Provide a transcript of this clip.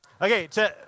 Okay